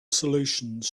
solutions